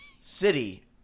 City